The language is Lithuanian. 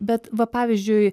bet va pavyzdžiui